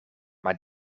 maar